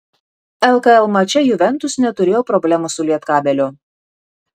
lkl mače juventus neturėjo problemų su lietkabeliu